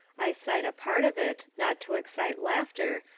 i cite a part of it, not to excite laughter,